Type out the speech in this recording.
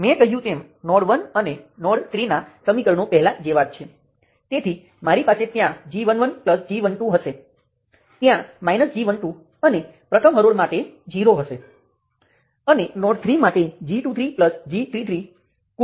તેથી અલબત્ત ત્યાં વિવિધ પગલાં છે તમે આ અથવા તેનો ઉપયોગ કરીને તેનું વિશ્લેષણ કરો તમને સમાન જવાબો મળશે પરંતુ તમે સર્કિટમાં ઉપયોગમાં લીધેલા મધ્યવર્તી ચલો અલગ હશે